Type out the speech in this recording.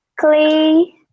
clay